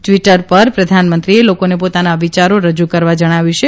Twitter પર પ્રધાનમંત્રીએ લોકોને પોતાના વિયારો રજૂ કરવા જણાવ્યું છે